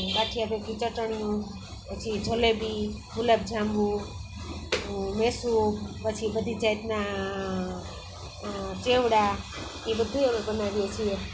ગાંઠિયા ભેગી ચટણી પછી જલેબી ગુલાબજાંબુ મૈસુર પછી બધી જાતના ચેવળા એ બધુંએ અમે બનાવીએ છીએ